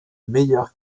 meilleur